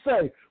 say